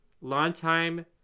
long-time